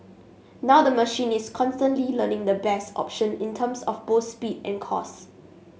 now the machine is constantly learning the best option in terms of both speed and cost